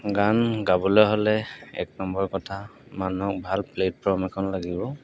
গান গাবলৈ হ'লে এক নম্বৰ কথা মানুহক ভাল প্লেটফৰ্ম এখন লাগিব